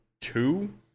two